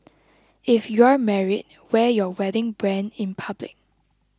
if you're married wear your wedding brand in public